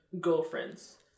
girlfriends